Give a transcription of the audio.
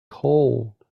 cold